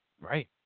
Right